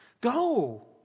Go